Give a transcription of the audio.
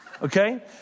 Okay